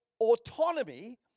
autonomy